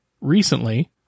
Recently